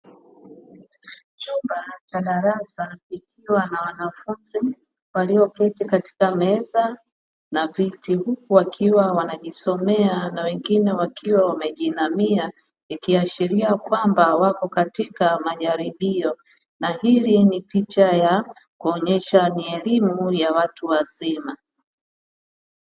Chumba cha darasa ikiwa na wanafunzi walioketi katika meza na viti huku wakiwa wanajisomea na wengine wakiwa wamejiinamia ikiashiria kwamba wako katika majaribio, na hii ni picha ya kuonyesha ni elimu ya watu wazima.